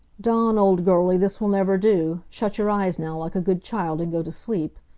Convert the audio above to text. dawn, old girlie, this will never do. shut your eyes now, like a good child, and go to sleep.